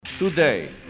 Today